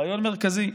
רעיון מרכזי.